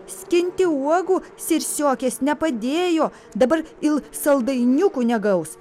skinti uogų sirsiokės nepadėjo dabar il saldainiukų negaus